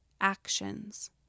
actions